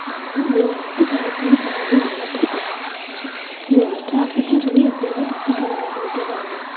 ஆனால் நீங்கள் வந்து கரெக்ட் டைமுக்கு வராதது உங்கள் தப்பு தான் ஸோ நீங்கள் இந்த டிராஃபிக்னு சொல்லி எப்போயுமே தப்பிக்க முடியாது ஓகேவா அண்ணா